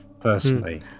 personally